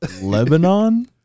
Lebanon